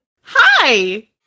Hi